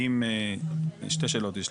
יש לי שתי שאלות.